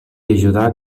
ajudar